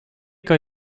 kan